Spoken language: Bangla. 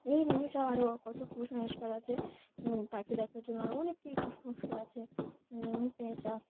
এই ধরনের সব আরও কত কুসংস্কার আছে পাখি দেখার জন্য আরও অনেক কি কুসংস্কার আছে যেমন পেঁচা